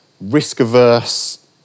risk-averse